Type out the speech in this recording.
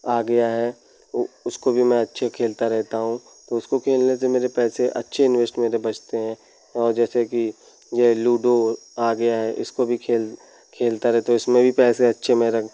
आ गया उ है उसको भी मैं अच्छे खेलता रहता हूँ तो उसको खेलने से मेरे पैसे अच्छे इन्भेस्ट मेरे बचते हैं और जैसे कि यह लूडो आ गया है इसको भी खेल खेलता रहता हूँ इसमें भी पैसे अच्छे मेरङ